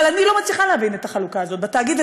אבל אני לא מצליחה להבין את החלוקה הזאת בתאגיד,